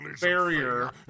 barrier